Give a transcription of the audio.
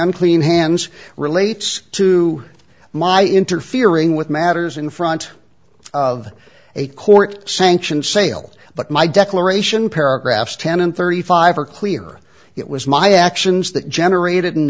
unclean hands relates to my interfering with matters in front of a court sanctioned sale but my declaration paragraphs ten and thirty five are clear it was my actions that generated an